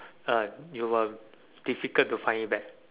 uh you will difficult to find it back